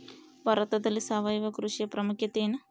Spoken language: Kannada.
ಭಾರತದಲ್ಲಿ ಸಾವಯವ ಕೃಷಿಯ ಪ್ರಾಮುಖ್ಯತೆ ಎನು?